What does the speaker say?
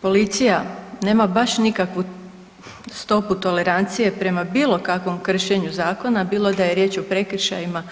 Policija nema baš nikakvu stopu tolerancije prema bilo kakvom kršenju zakona bilo da je riječ o prekršajima